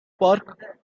park